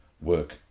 work